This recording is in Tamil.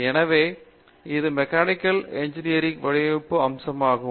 எனவே இது மெக்கானிக்கல் இன்ஜினியரிங் வடிவமைப்பு அம்சமாகும்